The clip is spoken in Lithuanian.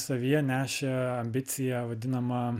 savyje nešė ambiciją vadinamą